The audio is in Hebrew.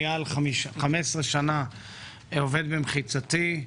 אייל במשך 15 שנים עובד במחיצתי.